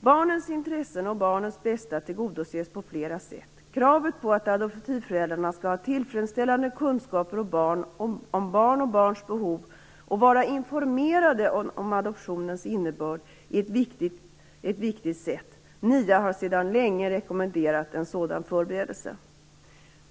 Barnens intressen och barnens bästa tillgodoses på flera sätt. Kravet på att adoptivföräldrarna skall ha tillfredsställande kunskaper om barn och barns behov och vara informerade om adoptionens innebörd är ett viktigt sätt. NIA har sedan länge rekommenderat en sådan förberedelse.